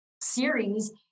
series